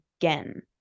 again